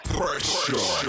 pressure